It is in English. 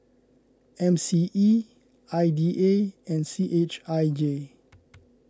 M C E I D A and C H I J